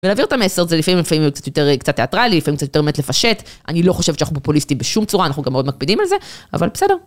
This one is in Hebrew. ולהעביר את המסר הזה לפעמים הוא קצת יותר תיאטרלי, לפעמים הוא קצת יותר באמת לפשט, אני לא חושבת שאנחנו פופוליסטים בשום צורה, אנחנו גם מאוד מקפידים על זה, אבל בסדר.